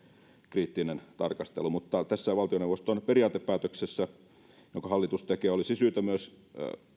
kriittinen tarkastelu mutta tässä valtioneuvoston periaatepäätöksessä jonka hallitus tekee olisi syytä myös